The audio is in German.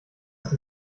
ist